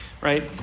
right